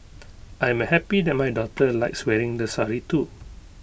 I am happy that my daughter likes wearing the sari too